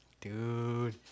dude